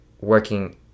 working